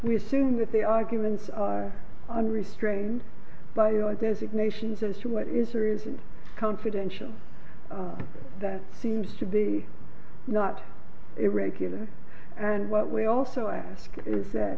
we assume that the arguments are unrestrained by our designations as to what is or isn't confidential that seems to be not irregular and what we also ask is that